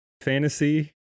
fantasy